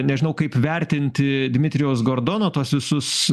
nežinau kaip vertinti dmitrijaus gordono tuos visus